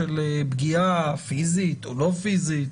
של פגיעה פיזית או לא פיזית,